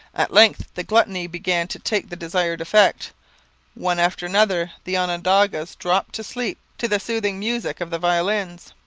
at length the gluttony began to take the desired effect one after another the onondagas dropped to sleep to the soothing music of the violins.